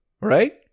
right